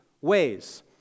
ways